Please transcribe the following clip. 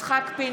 מיכאל